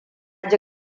ji